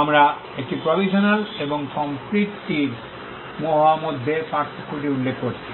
আমরা একটি প্রভিশনাল এবং কমপ্লিটটির হওয়া মধ্যে পার্থক্যটি উল্লেখ করেছি